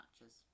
matches